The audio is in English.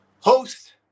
host